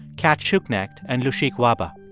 cat schuknecht and lushik wahba.